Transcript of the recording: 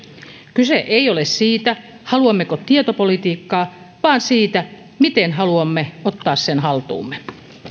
kyse ei ole siitä haluammeko tietopolitiikkaa vaan siitä miten haluamme ottaa sen haltuumme